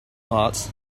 heart